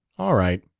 all right.